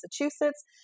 Massachusetts